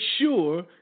sure